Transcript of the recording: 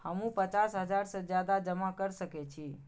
हमू पचास हजार से ज्यादा जमा कर सके छी?